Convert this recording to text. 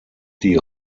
die